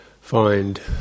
find